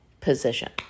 position